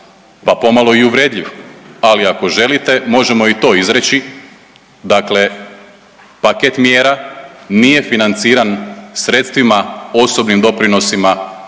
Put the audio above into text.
pa pomalo i uvredljiv, ali ako želite možemo i to izreći. Dakle paket mjera nije financiran sredstvima, osobnim doprinosima